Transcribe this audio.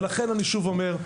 לכן אני שוב אומר,